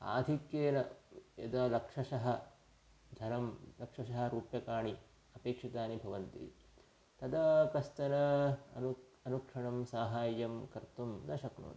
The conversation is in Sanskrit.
आधिक्येन यदा लक्षशः धनं लक्षशः रूप्यकाणि अपेक्षितानि भवन्ति तदा कश्चन अनु अनुक्षणं सहायं कर्तुं न शक्नोति